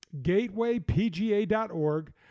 gatewaypga.org